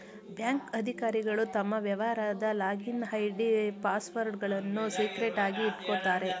bank ಅಧಿಕಾರಿಗಳು ತಮ್ಮ ವ್ಯವಹಾರದ ಲಾಗಿನ್ ಐ.ಡಿ, ಪಾಸ್ವರ್ಡ್ಗಳನ್ನು ಸೀಕ್ರೆಟ್ ಆಗಿ ಇಟ್ಕೋತಾರೆ